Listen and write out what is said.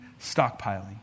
stockpiling